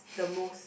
the most